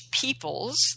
peoples